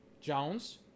Jones